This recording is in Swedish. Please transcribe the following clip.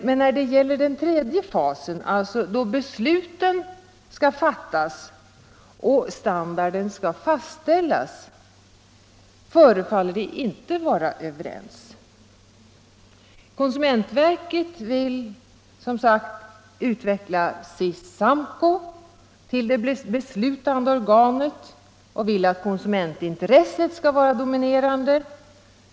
Men när det gäller den tredje fasen, alltså då besluten skall fattas och standarden skall fastställas, förefaller de inte vara överens. Konsumentverket vill, som sagt, utveckla SIS-SAMKO till det beslutande organet och vill att konsumentintresset skall vara dominerande.